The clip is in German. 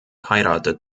heiratet